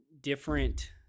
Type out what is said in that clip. different